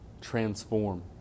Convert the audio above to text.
transform